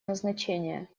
назначения